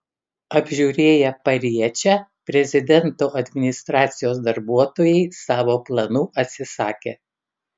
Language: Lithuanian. apžiūrėję pariečę prezidento administracijos darbuotojai savo planų atsisakė